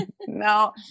No